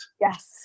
Yes